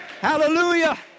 Hallelujah